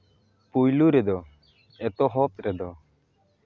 ᱯᱩᱭᱞᱩ ᱨᱮᱫᱚ ᱮᱛᱚᱦᱚᱵ ᱨᱮᱫᱚ